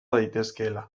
daitezkeela